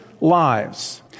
lives